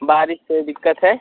बारिश से दिक़्क़त है